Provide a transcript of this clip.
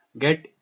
get